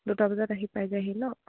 দুটা বজাত আহি পাই যায়হি ন